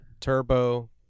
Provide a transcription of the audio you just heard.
turbo